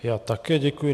Já také děkuji.